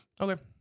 Okay